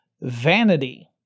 vanity